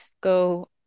go